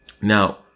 Now